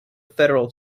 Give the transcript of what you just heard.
federal